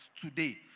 today